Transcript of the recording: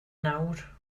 nawr